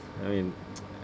I mean